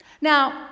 Now